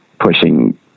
pushing